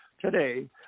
today